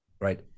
right